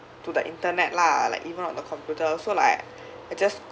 to the internet lah like even on the computer so like I just